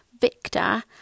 Victor